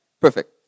Perfect